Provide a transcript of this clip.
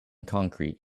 concrete